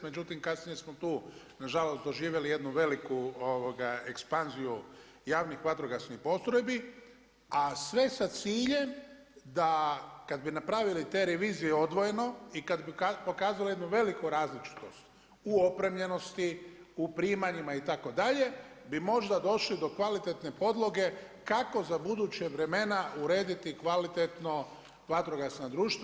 Međutim, kasnije smo tu na žalost doživjeli jednu veliku ekspanziju javnih vatrogasnih postrojbi, a sve sa ciljem da kada bi napravili te revizije odvojeno i kada bi pokazale jednu veliku različitost u opremljenosti, u primanjima itd. bi možda došli do kvalitetne podloge kako za buduća vremena urediti kvalitetno vatrogasna društva.